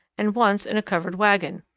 and once in a covered wagon.